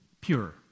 Pure